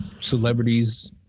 celebrities